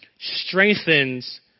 strengthens